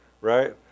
right